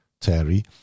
Terry